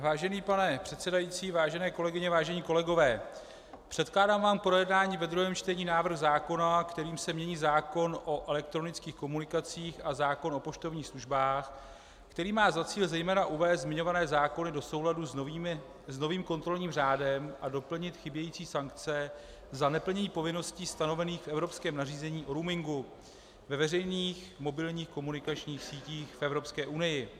Vážený pane předsedající, vážené kolegyně, vážení kolegové, předkládám vám k projednání ve druhém čtení návrh zákona, kterým se mění zákon o elektronických komunikacích a zákon o poštovních službách, který má za cíl zejména uvést zmiňované zákony do souladu s novým kontrolním řádem a doplnit chybějící sankce za neplnění povinností stanovených v evropském nařízení o roamingu ve veřejných mobilních komunikačních sítích v Evropské unii.